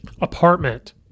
apartment